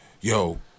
yo